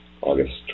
August